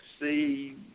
see